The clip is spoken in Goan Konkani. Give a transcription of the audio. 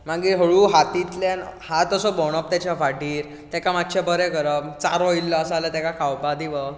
मागीर हळु हातींतल्यान हात असो भोंवडावप तेच्या फाटीर तेका मातशें बरें करप चारो इल्लो आसा जाल्यार तेका खावपा दिवप